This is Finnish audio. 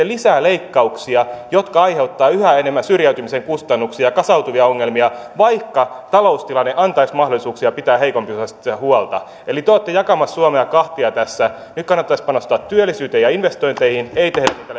lisää leikkauksia jotka aiheuttavat yhä enemmän syrjäytymisen kustannuksia ja kasautuvia ongelmia vaikka taloustilanne antaisi mahdollisuuksia pitää heikompiosaisista huolta eli te olette jakamassa suomea kahtia tässä nyt kannattaisi panostaa työllisyyteen ja investointeihin ei tehdä niitä